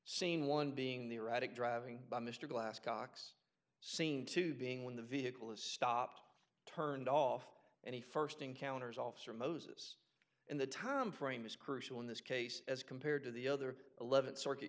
scene one being the erratic driving by mr glass cox seen to being when the vehicle is stopped turned off and he first encounters officer moses and the time frame is crucial in this case as compared to the other eleventh circuit